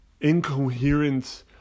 incoherent